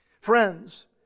Friends